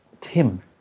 Tim